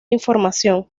información